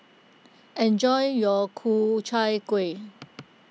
enjoy your Ku Chai Kuih